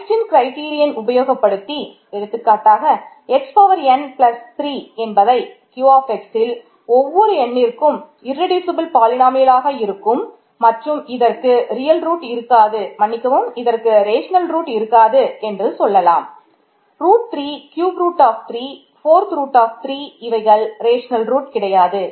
Einstein கிட்ரைடேறியனை கிடையாது